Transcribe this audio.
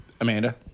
Amanda